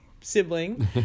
sibling